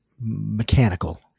mechanical